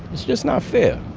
it's just not fair.